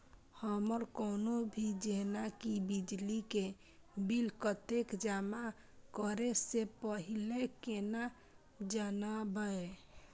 हमर कोनो भी जेना की बिजली के बिल कतैक जमा करे से पहीले केना जानबै?